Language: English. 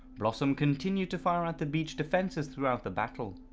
blossom continued to fire at the beach defences throughout the battle.